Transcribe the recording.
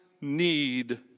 need